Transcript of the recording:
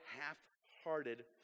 half-hearted